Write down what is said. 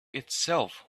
itself